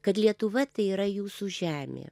kad lietuva tai yra jūsų žemė